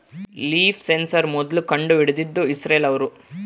leaf sensor ಮೊದ್ಲು ಕಂಡು ಹಿಡಿದಿದ್ದು ಇಸ್ರೇಲ್ ಅವ್ರು